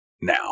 now